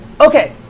okay